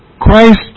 Christ